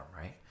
right